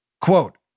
Quote